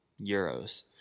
euros